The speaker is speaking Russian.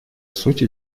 сути